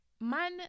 man